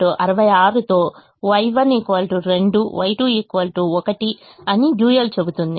W 66 తో y Y1 2 Y2 1 అని dual చెబుతుంది